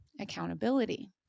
accountability